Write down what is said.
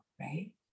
right